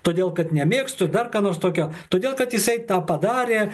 todėl kad nemėgstu dar ką nors tokio todėl kad jisai tą padarė